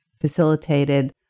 facilitated